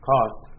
cost